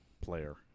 player